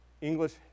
English